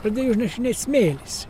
pradėjo užnešinėt smėlis